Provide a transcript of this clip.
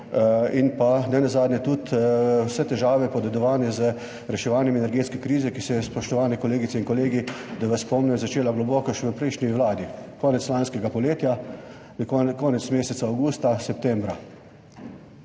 in pa nenazadnje tudi vse težave podedovane z reševanjem energetske krize, ki se je, spoštovane kolegice in kolegi, da vas spomnim, začela že globoko v prejšnji vladi, konec lanskega poletja, konec meseca avgusta, septembra.